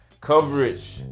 coverage